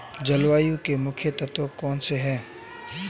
जलवायु के मुख्य तत्व कौनसे हैं?